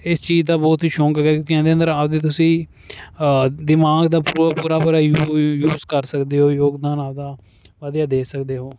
ਇਸ ਚੀਜ ਦਾ ਬਹੁਤ ਈ ਸ਼ੋਂਕ ਐ ਆਪਦੀ ਤੁਸੀਂ ਦਿਮਾਗ ਦਾ ਪੂਰਾ ਪੂਰਾ ਯੂਜ ਕਰ ਸਕਦੇ ਓ ਯੋਗਦਾਨ ਆਪਦਾ ਵਧੀਆ ਦੇ ਸਕਦੇ ਓ